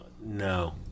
no